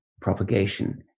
propagation